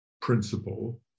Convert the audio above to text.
principle